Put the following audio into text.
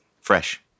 fresh